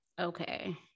Okay